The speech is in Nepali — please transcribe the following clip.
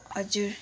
हजुर